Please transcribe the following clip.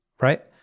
right